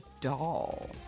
Doll